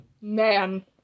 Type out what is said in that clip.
man